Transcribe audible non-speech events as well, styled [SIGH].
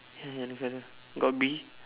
[LAUGHS] the fellow got bee